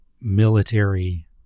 military